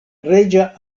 reĝa